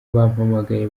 bampamagaye